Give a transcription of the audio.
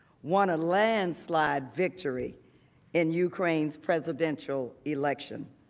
won a landslide victory in ukraine's presidential election.